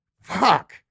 Fuck